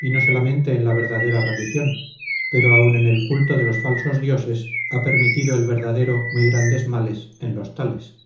y no solamente en la verdadera religión pero aun en el culto de los falsos dioses ha permitido el verdadero muy grandes males en los tales